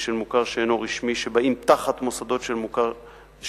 של מוכר שאינו רשמי שבאים תחת מוסדות של רשמי.